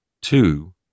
two